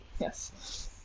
yes